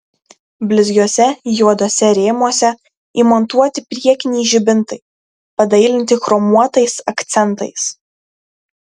blizgiuose juoduose rėmuose įmontuoti priekiniai žibintai padailinti chromuotais akcentais